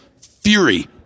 fury